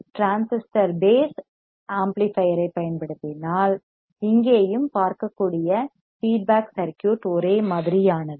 transistor base ஆம்ப்ளிஃபையரைப் பயன்படுத்தினால் இங்கேயும் பார்க்கக்கூடிய ஃபீட்பேக் சர்க்யூட் ஒரே மாதிரியானது